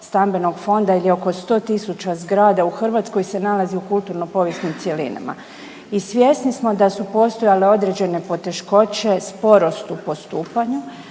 stambenog fonda ili oko 100.000 zgrada u Hrvatskoj se nalazi u kulturno-povijesnim cjelinama i svjesni smo da su postojale određene poteškoće, sporost u postupanju.